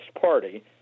party